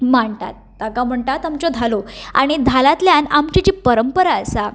मांडटात ताका म्हणटात आमच्यो धालो आनी धालांतल्यान आमची जी परंपरा आसा